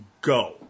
go